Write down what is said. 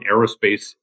aerospace